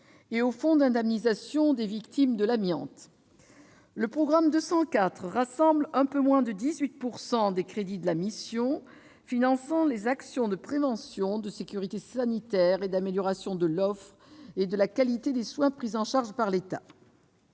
et au fonds d'indemnisation des victimes de l'amiante. Le programme 204 rassemble un peu moins de 18 % des crédits de la mission ; il finance les actions de prévention, de sécurité sanitaire et d'amélioration de l'offre et de la qualité des soins pris en charge par l'État.